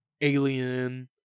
alien